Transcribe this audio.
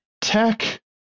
Tech